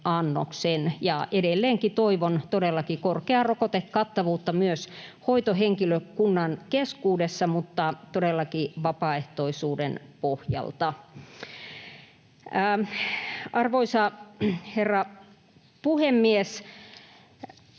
Edelleenkin toivon todellakin korkeaa rokotekattavuutta myös hoitohenkilökunnan keskuudessa mutta todellakin vapaaehtoisuuden pohjalta. Arvoisa herra puhemies!